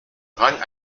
rang